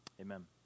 Amen